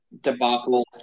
debacle